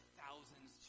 thousands